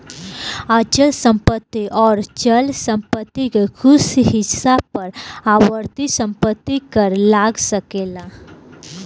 अचल संपत्ति अउर चल संपत्ति के कुछ हिस्सा पर आवर्ती संपत्ति कर लाग सकेला